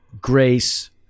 grace